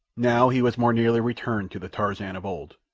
now he was more nearly returned to the tarzan of old,